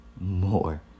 more